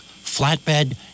flatbed